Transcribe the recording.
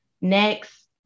Next